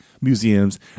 museums